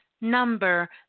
number